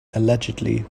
allegedly